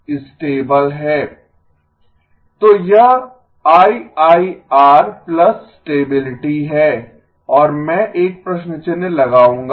तो यह IIR plus stability है और मैं एक प्रश्न चिह्न लगाऊंगा